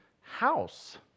house